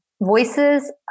voices